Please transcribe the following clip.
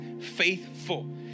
faithful